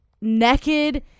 naked